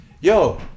yo